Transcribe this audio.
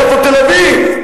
יפו תל-אביב.